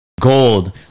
gold